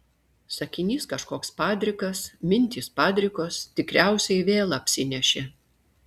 sakinys kažkoks padrikas mintys padrikos tikriausiai vėl apsinešė